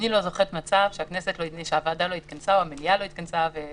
יכול להיות שהמליאה זה יהיה רק